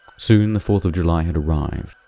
soon, the fourth of july had arrived.